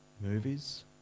Movies